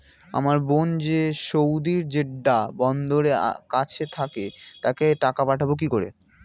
আমার বোন যে সৌদির জেড্ডা বন্দরের কাছে থাকে তাকে টাকা পাঠাবো কি করে?